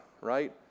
right